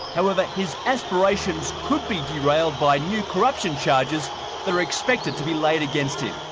however his aspirations could be derailed by new corruption charges are expected to be laid against him.